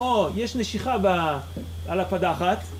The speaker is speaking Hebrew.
או, יש נשיכה על הפדחת.